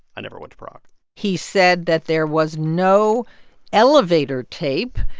i never went to prague he said that there was no elevator tape,